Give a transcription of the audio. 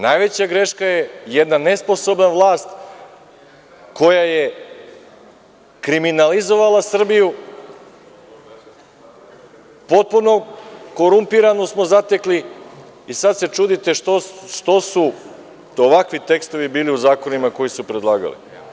Najveća greška je jedna nesposobna vlast koja je kriminalizovala Srbiju, potpuno korumpiranu smo je zatekli i sada se čudite što su ovakvi tekstovi bili u zakonima koje su predlagali.